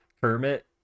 Kermit